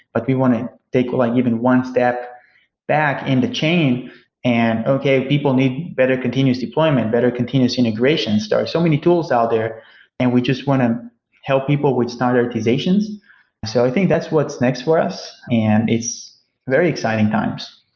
but we want to take like even one step back in the chain and, okay, if people need better continuous deployment, better continuous integrations, there are so many tools out there and we just want to help people with standardizations. so i think that's what's next for us, and it's very exciting times.